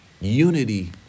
Unity